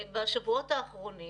בשבועות האחרונים